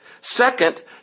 Second